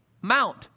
Mount